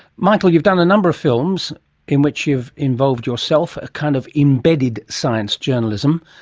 michael, you've done a number of films in which you've involved yourself, a kind of embedded science journalism.